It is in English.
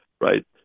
Right